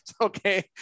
okay